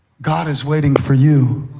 god is waiting for you